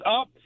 up